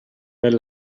bel